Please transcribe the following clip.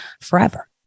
forever